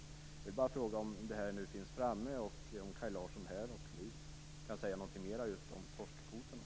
Jag vill bara fråga om detta nu finns framme och om Kaj Larsson här och nu kan säga någonting mer om just torskkvoterna.